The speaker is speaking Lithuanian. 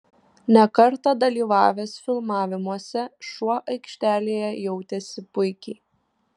ne kartą dalyvavęs filmavimuose šuo aikštelėje jautėsi puikiai